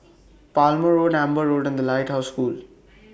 Palmer Road Amber Road and The Lighthouse School